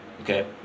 Okay